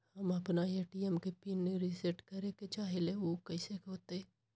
हम अपना ए.टी.एम के पिन रिसेट करे के चाहईले उ कईसे होतई?